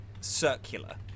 circular